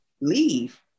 leave